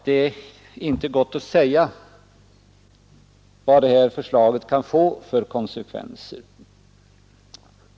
Det är inte gott att säga vad detta förslag kan få för konsekvenser.